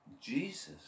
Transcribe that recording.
Jesus